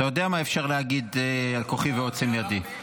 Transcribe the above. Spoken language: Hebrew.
אתה יודע מה אפשר להגיד על כוחי ועוצם ידי.